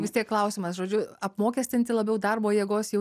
vis tiek klausimas žodžiu apmokestinti labiau darbo jėgos jau